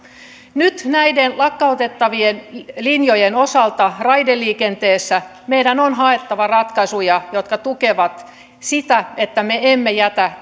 nyt näiden lakkautettavien linjojen osalta raideliikenteessä meidän on haettava ratkaisuja jotka tukevat sitä että me emme jätä